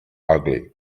ugly